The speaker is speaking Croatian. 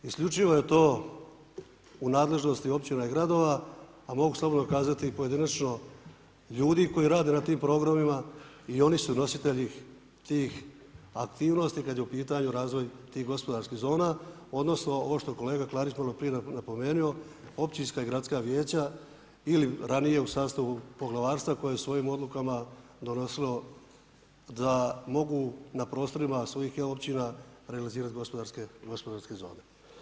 Isključivo je to u nadležnosti općina i gradova, a mogu slobodno kazati i pojedinačno ljudi koji rade na tim programima i oni su nositelji tih aktivnosti kada je u pitanju razvoj gospodarskih zona odnosno ovo što je kolega Klarić maloprije napomenuo, općinska i gradska vijeća ili ranije u sastavu poglavarstva koje je svojim odlukama donosilo da mogu na prostorima svojih općina realizirati gospodarske zone.